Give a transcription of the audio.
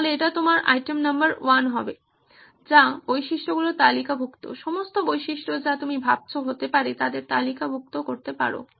তাহলে এটি তোমার আইটেম নম্বর 1 হবে যা বৈশিষ্ট্যগুলির তালিকাভুক্ত সমস্ত বৈশিষ্ট্য যা তুমি ভাবছো হতে পারে তাদের তালিকাভুক্ত করতে পারো